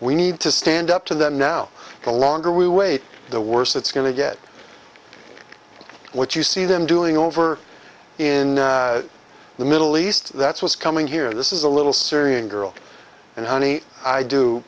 we need to stand up to them now the longer we wait the worse it's going to get what you see them doing over in the middle east that's what's coming here this is a little syrian girl and honey i do